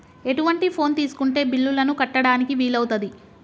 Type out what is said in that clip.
ఎటువంటి ఫోన్ తీసుకుంటే బిల్లులను కట్టడానికి వీలవుతది?